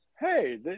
hey